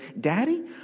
Daddy